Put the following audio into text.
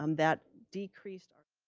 um that decreased our.